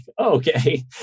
okay